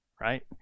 Right